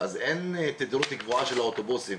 אז אין תדירות גבוהה של אוטובוסים,